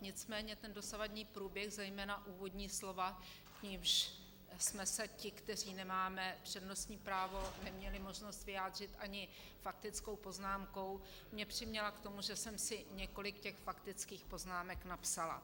Nicméně dosavadní průběh, zejména úvodní slova, k nimž jsme se ti, kteří nemáme přednostní právo, neměli možnost vyjádřit ani faktickou poznámkou, mě přiměla k tomu, že jsem si několik faktických poznámek napsala.